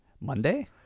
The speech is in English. Monday